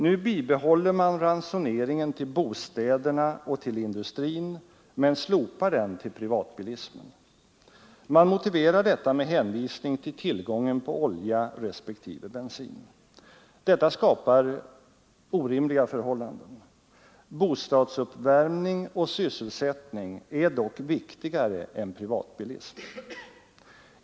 Nu bibehåller man ransoneringen för bostäderna och för industrin men slopar den för privatbilismen. Man motiverar detta med tillgången på olja respektive bensin. Detta skapar orimliga förhållanden. Bostadsuppvärmning och sysselsättning är dock viktigare än privatbilism.